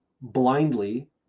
blindly